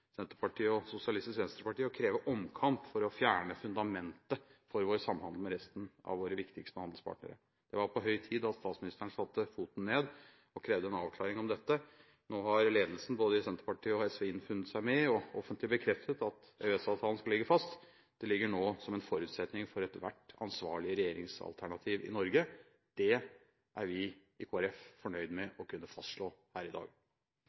Senterpartiet og Sosialistisk Venstreparti å kreve omkamp for å fjerne fundamentet for vår samhandel med resten av våre viktigste handelspartnere. Det var på høy tid at statsministeren satte foten ned og krevde en avklaring om dette. Nå har ledelsen i både Senterpartiet og Sosialistisk Venstreparti innfunnet seg med – og offentlig bekreftet – at EØS-avtalen skal ligge fast. Det ligger nå som en forutsetning for ethvert ansvarlig regjeringsalternativ i Norge. Det er vi i Kristelig Folkeparti fornøyd med å kunne fastslå her i